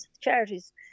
charities